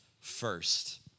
first